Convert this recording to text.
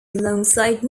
alongside